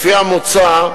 לפי המוצע,